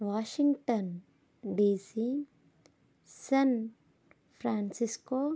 Washington DC San Francisco